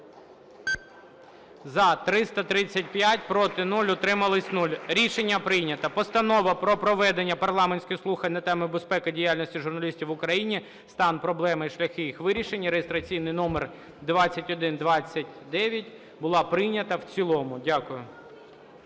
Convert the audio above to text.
За-335 Проти – 0, утримались – 0. Рішення прийнято. Постанова про проведення парламентських слухань на тему: "Безпека діяльності журналістів в Україні: стан, проблеми і шляхи їх вирішення" (реєстраційний номер 2129) була прийнята в цілому. Дякую.